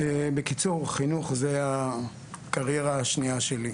בקיצור חינוך זה הקריירה השנייה שלי.